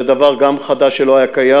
וגם זה דבר חדש, שלא היה קיים,